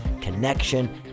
connection